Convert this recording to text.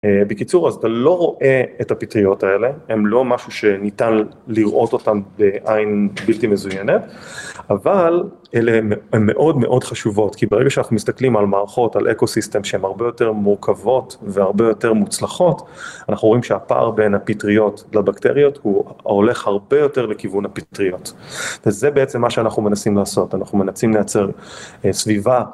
בקיצור, אז אתה לא רואה את הפטריות האלה, הן לא משהו שניתן לראות אותן בעין בלתי מזויינת, אבל הן מאוד מאוד חשובות, כי ברגע שאנחנו מסתכלים על מערכות, על אקו-סיסטם שהן הרבה יותר מורכבות והרבה יותר מוצלחות, אנחנו רואים שהפער בין הפטריות לבקטריות, הוא הולך הרבה יותר לכיוון הפטריות. וזה בעצם מה שאנחנו מנסים לעשות, אנחנו מנסים לייצר סביבה.